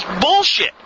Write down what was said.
Bullshit